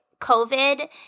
COVID